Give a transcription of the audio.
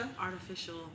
artificial